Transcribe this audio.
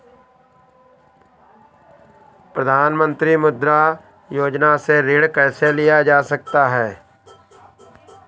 प्रधानमंत्री मुद्रा योजना से ऋण कैसे लिया जा सकता है?